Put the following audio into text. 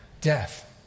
Death